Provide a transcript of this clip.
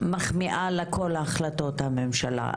מחמיאה לכל החלטות הממשלה,